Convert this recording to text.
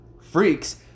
freaks